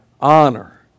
honor